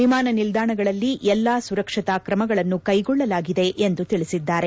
ವಿಮಾನ ನಿಲ್ದಾಣಗಳಲ್ಲಿ ಎಲ್ಲಾ ಸುರಕ್ಷತಾ ಕ್ರಮಗಳನ್ನು ಕೈಗೊಳ್ಳಲಾಗಿದೆ ಎಂದು ತಿಳಿಸಿದ್ದಾರೆ